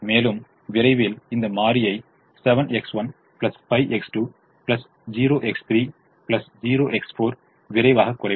மேலும் விரைவில் இந்த மாறியை 7X1 5X2 0X3 0X4 விரைவாக குறைப்போம்